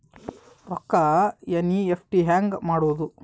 ರೊಕ್ಕ ಎನ್.ಇ.ಎಫ್.ಟಿ ಹ್ಯಾಂಗ್ ಮಾಡುವುದು?